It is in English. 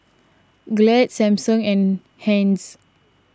Glad Samsung and Heinz